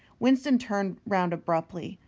winston turned round abruptly.